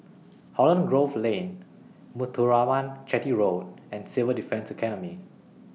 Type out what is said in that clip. Holland Grove Lane Muthuraman Chetty Road and Civil Defence Academy